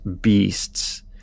beasts